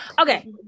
Okay